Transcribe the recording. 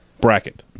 bracket